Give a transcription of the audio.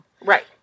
Right